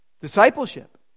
Discipleship